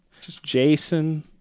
Jason